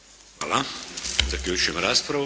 Hvala. Zaključujem raspravu.